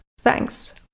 Thanks